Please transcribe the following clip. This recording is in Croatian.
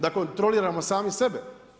Da kontroliramo sami sebe.